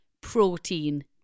protein